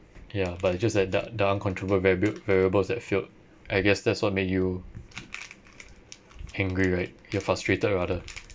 ya but it's just like the the uncontrollable variab~ variables that failed I guess that's what made you angry right you're frustrated rather